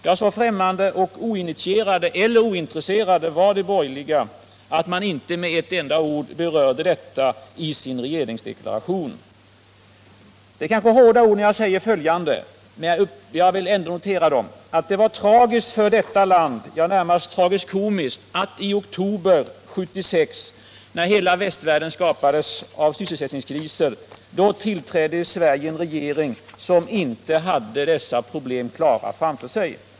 Ja, så främmande och ointresserade var de borgerliga att de inte med ett enda ord berörda detta i sin regeringsförklaring. Det är kanske hårda ord att säga följande, men jag vill ändå notera det: Det var tragiskt för detta land, ja, närmast tragikomiskt att i oktober 1976, när hela västvärlden skakades av sysselsättningskriser, en regering tillträdde i Sverige som inte hade dessa problem klara för sig.